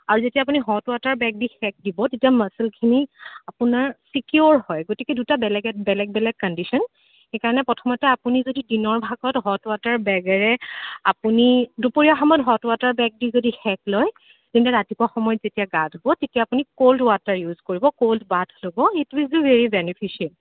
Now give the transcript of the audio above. আৰু যেতিয়া আপুনি হট ৱাটাৰ বেগ দি সেক দিব তেতিয়া মাচল্চখিনি আপোনাৰ চিকিয়'ৰ হয় গতিকে দুটা বেলেগে বেলেগ বেলেগ কণ্ডিচন সেইকাৰণে প্ৰথমতে আপুনি যদি দিনৰ ভাগত হট ৱাটাৰ বেগেৰে আপুনি দুপৰীয়া সময়ত হট ৱাটাৰ বেগ দি যদি সেক লয় তেন্তে ৰাতিপুৱা সময়ত যেতিয়া গা ধুব তেতিয়া আপুনি কল্ড ৱাটাৰ ইউজ কৰিব কল্ড বাথ ল'ব it is a very beneficial